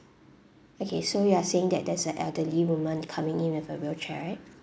okay so you are saying that there's a elderly women coming in with a wheelchair right